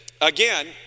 again